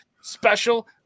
Special